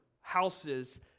houses